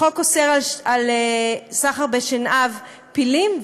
החוק אוסר סחר בשנהב פילים,